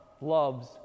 loves